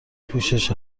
پوشش